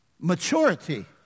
Maturity